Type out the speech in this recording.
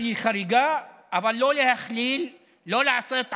שהיא חריגה, אבל לא להכליל, לא לעשות עליהום,